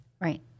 Right